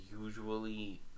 usually